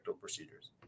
procedures